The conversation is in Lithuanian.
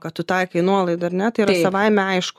kad tu taikai nuolaidą ar ne tai yra savaime aišku